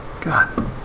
god